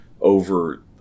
over